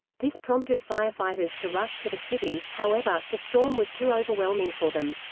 this prompted firefighters to rush to the city however, the storm was too overwhelming for them.